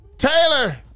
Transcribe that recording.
Taylor